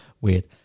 weird